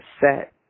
set